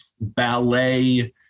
ballet